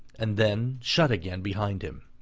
and then shut again behind him.